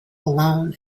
alone